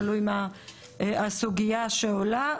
תלוי בסוגיה שעולה.